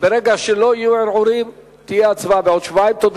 הצבעה בעוד שבועיים, רבותי.